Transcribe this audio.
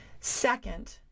Second